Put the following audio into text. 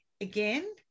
again